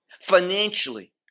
financially